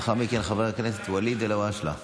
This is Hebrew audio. לאחר מכן, חבר הכנסת ואליד אלהואשלה.